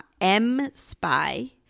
M-Spy